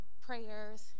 prayers